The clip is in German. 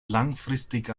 langfristig